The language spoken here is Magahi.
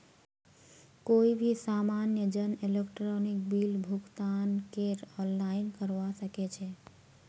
कोई भी सामान्य जन इलेक्ट्रॉनिक बिल भुगतानकेर आनलाइन करवा सके छै